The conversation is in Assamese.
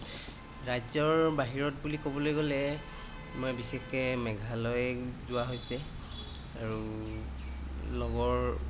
ৰাজ্যৰ বাহিৰত বুলি ক'বলৈ গ'লে মই বিশেষকৈ মেঘালয় যোৱা হৈছে আৰু লগৰ